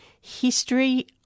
History